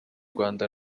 rwanda